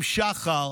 עם שחר,